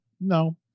No